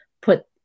put